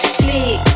click